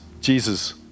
Jesus